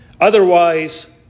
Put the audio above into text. Otherwise